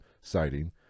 sighting